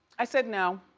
i said no.